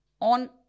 on